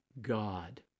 God